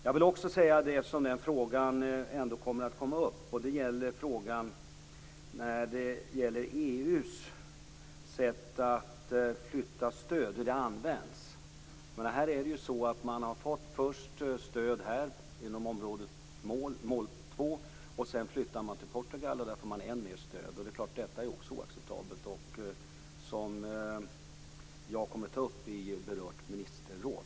Jag vill också, eftersom den frågan ändå kommer upp, nämna hur EU:s sätt att flytta stöd använts. Man har först fått stöd genom mål 2, och sedan flyttar man till Portugal, där man får än mer stöd. Också detta är oacceptabelt, något som jag kommer att ta upp i berört ministerråd.